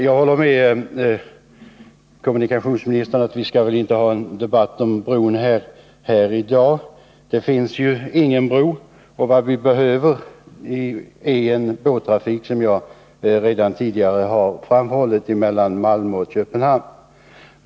Jag håller med kommunikationsministern om att vi väl inte i dag skall ha någon debatt om en broförbindelse. Det finns ju ingen bro, och vad vi behöver är, som jag redan framhållit, förbättrad båttrafik mellan Malmö och Köpenhamn.